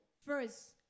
First